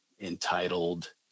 entitled